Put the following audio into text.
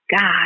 God